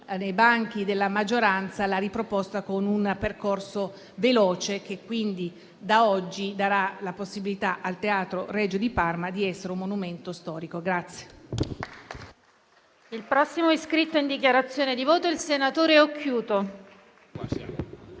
nei banchi della maggioranza l'ha riproposto favorendo un percorso veloce, che da oggi darà la possibilità al Teatro Regio di Parma di essere un monumento storico.